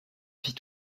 fit